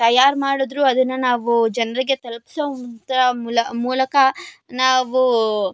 ತಯಾರು ಮಾಡಿದ್ರೂ ಅದನ್ನು ನಾವು ಜನರಿಗೆ ತಲುಪ್ಸೋವಂಥ ಮೂಲಕ ನಾವು